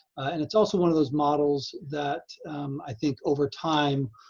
and it's also one of those models that i think over time,